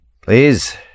Please